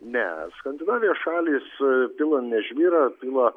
ne skandinavijos šalys pila ne žvyrą pila